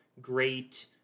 great